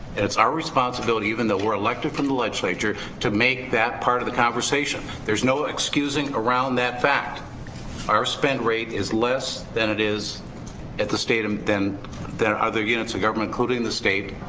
it's our responsibility even that we're elected from the legislature to make that part of the conversation. there's no excusing around that fact our spend rate is less than it is at the state of then there are other units of government, including the state.